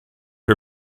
her